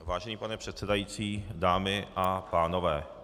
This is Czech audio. Vážený pane předsedající, dámy a pánové.